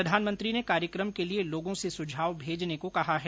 प्रधानमंत्री ने कार्यक्रम के लिए लोगों से सुझाव भेजने को कहा है